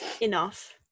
Enough